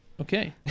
Okay